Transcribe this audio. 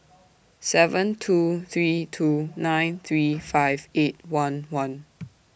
seven two three two nine three five eight one one